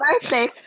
birthday